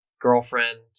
girlfriend